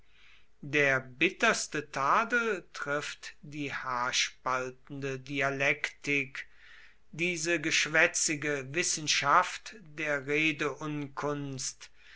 der bitterste tadel trifft die haarspaltende dialektik diese geschwätzige wissenschaft der